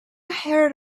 heard